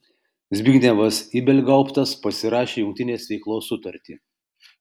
zbignevas ibelgauptas pasirašė jungtinės veiklos sutartį